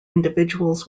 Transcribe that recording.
individuals